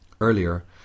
Earlier